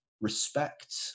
respect